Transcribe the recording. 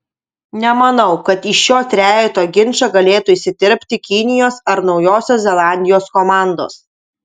nemanau kad į šio trejeto ginčą galėtų įsiterpti kinijos ar naujosios zelandijos komandos